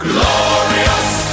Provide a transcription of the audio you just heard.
Glorious